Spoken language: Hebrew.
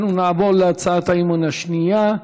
אנחנו נעבור להצעת האי-אמון השנייה: